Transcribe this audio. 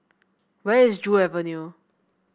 where is Joo Avenue